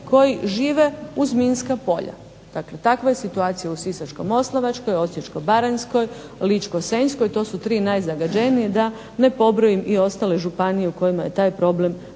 koji žive uz minska polja. Dakle takva je situacija u Sisačko-moslavačkoj, Osječko-baranjskoj, Ličko-senjskoj, to su tri najzagađenije da ne pobrojim i ostale županije u kojima je taj problem nešto